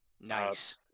Nice